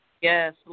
Yes